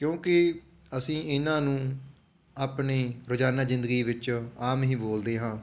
ਕਿਉਂਕਿ ਅਸੀਂ ਇਹਨਾਂ ਨੂੰ ਆਪਣੇ ਰੋਜ਼ਾਨਾ ਜ਼ਿੰਦਗੀ ਵਿੱਚ ਆਮ ਹੀ ਬੋਲਦੇ ਹਾਂ